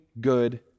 good